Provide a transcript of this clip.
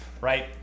right